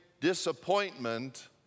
disappointment